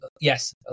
yes